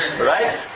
Right